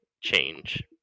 change